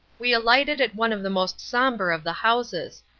we alighted at one of the most sombre of the houses,